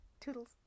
Toodles